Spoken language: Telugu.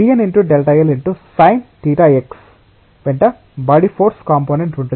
కాబట్టి pn × Δl ×sinθ x వెంట బాడీ ఫోర్స్ కంపోనెంట్ ఉంటుంది